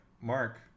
Mark